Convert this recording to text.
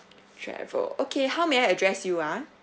travel okay how may I address you ah